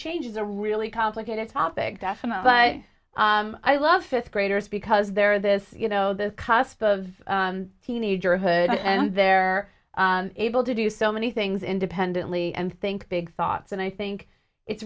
change is a really complicated topic definite but i love fifth graders because they're this you know this cusp of teenager hood and they're able to do so many things independently and think big thoughts and i think it's